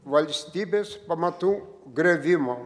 valstybės pamatų griovimo